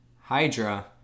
Hydra